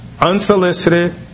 unsolicited